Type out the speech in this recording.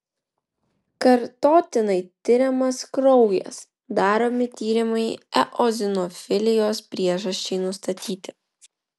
kartotinai tiriamas kraujas daromi tyrimai eozinofilijos priežasčiai nustatyti